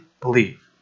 believe